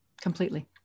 Completely